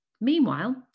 Meanwhile